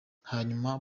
hanyuma